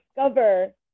discover